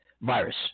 virus